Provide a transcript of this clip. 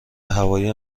هوایی